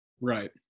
Right